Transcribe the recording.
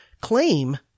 claim